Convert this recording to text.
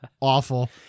Awful